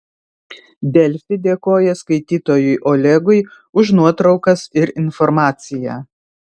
delfi dėkoja skaitytojui olegui už nuotraukas ir informaciją